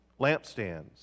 lampstands